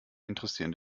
interessieren